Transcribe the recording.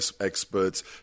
experts